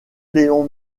léon